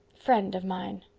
friend of mine.